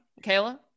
Kayla